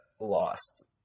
lost